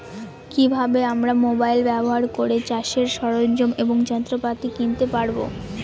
কি ভাবে আমরা মোবাইল ব্যাবহার করে চাষের সরঞ্জাম এবং যন্ত্রপাতি কিনতে পারবো?